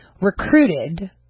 recruited